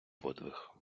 подвиг